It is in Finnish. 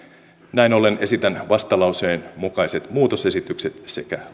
näin ollen esitän vastalauseen mukaiset muutosesitykset sekä